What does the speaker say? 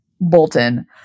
Bolton